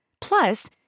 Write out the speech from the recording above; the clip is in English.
Plus